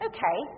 Okay